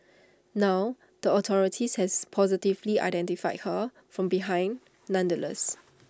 now the authorities has positively identified her from behind nonetheless